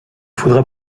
faudra